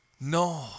No